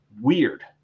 Weird